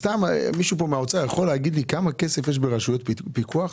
מישהו ממשרד האוצר יכול להגיד לי כמה כסף יש ברשויות פיקוח?